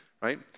right